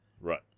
Right